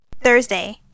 Thursday